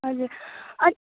हजुर अनि